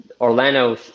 Orlando